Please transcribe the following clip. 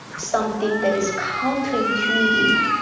something that is counterintuitive.